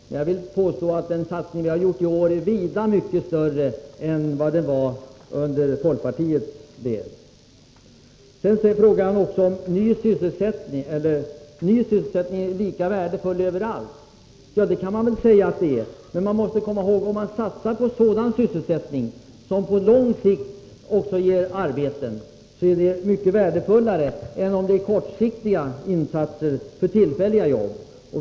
Men jag vill påstå att den satsning vi har gjort i år är vida större än de satsningar som folkpartiregeringen gjorde. Så några ord om detta att ny sysselsättning är lika värdefull överallt. Ja, det kan man väl säga. Men man måste komma ihåg, att om man satsar på sådan sysselsättning som ger arbeten också på lång sikt, så är det mycket värdefullare än om det blir kortsiktiga insatser med tillfälliga jobb.